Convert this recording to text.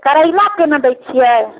करैला केना दै छियै